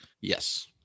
Yes